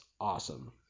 awesome